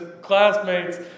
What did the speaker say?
classmates